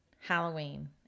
Halloween